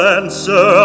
answer